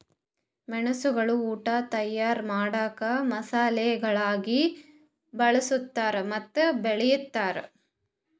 ಮೆಣಸುಗೊಳ್ ಉಟ್ ತೈಯಾರ್ ಮಾಡಾಗ್ ಮಸಾಲೆಗೊಳಾಗಿ ಬಳ್ಸತಾರ್ ಮತ್ತ ಬೆಳಿತಾರ್